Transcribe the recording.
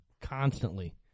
constantly